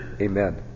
amen